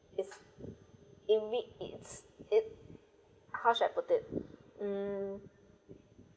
is indeed it's it how should I put it hmm